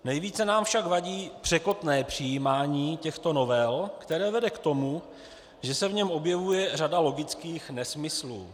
Nejvíce nám však vadí překotné přijímání těchto novel, které vede k tomu, že se v něm objevuje řada logických nesmyslů.